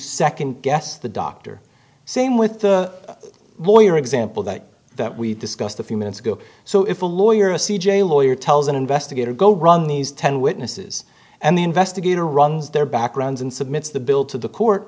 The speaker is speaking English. second guess the doctor same with the lawyer example that that we discussed a few minutes ago so if a lawyer a c j lawyer tells an investigator go run these ten witnesses and the investigator runs their backgrounds and submit the bill to the court